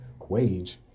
wage